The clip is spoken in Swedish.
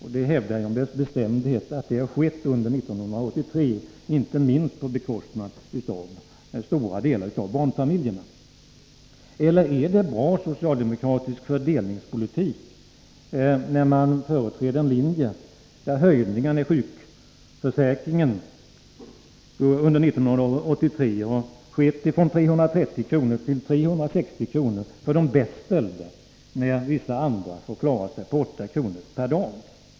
Jag hävdar med bestämdhet att så har skett under 1983, inte minst på bekostnad av stora delar av barnfamiljerna. Eller är det bra socialdemokratisk fördelningspolitik att företräda en linje som innebär höjningar i sjukförsäkringen under 1983 från 330 kr. till 360 kr. för de bäst ställda, medan vissa andra får klara sig på 8 kr. per dag?